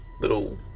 little